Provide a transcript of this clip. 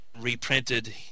reprinted